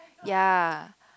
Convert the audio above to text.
ya